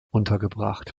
untergebracht